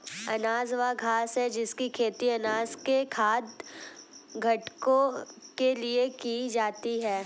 अनाज वह घास है जिसकी खेती अनाज के खाद्य घटकों के लिए की जाती है